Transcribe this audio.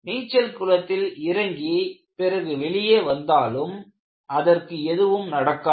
நீச்சல் குளத்தில் இறங்கி பிறகு வெளியே வந்தாலும் அதற்கு எதுவும் நடக்காது